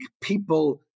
people